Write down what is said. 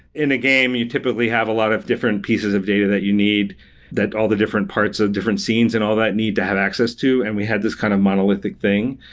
in a game, you typically have a lot of different pieces of data that you need that all the different parts of different scenes and all that need to have access to, and we had this kind of monolithic thing,